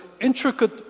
intricate